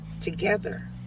together